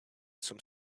some